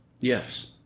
Yes